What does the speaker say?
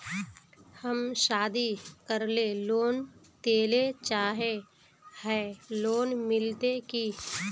हम शादी करले लोन लेले चाहे है लोन मिलते की?